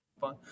fun